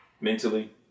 mentally